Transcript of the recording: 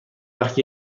وقت